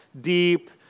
deep